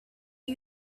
are